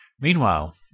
Meanwhile